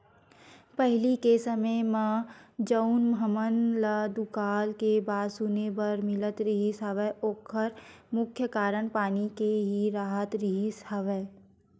पहिली के समे म जउन हमन ल दुकाल के बात सुने बर मिलत रिहिस हवय ओखर मुख्य कारन पानी के ही राहत रिहिस हवय